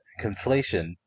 conflation